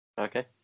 Okay